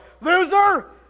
loser